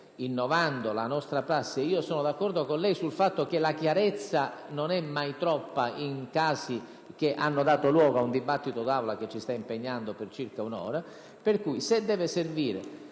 innovando la nostra prassi, e io sono d'accordo con lei sul fatto che la chiarezza non è mai troppa nei casi che danno luogo ad un dibattito d'Aula che ci sta impegnando da circa un'ora. Dunque, se è necessario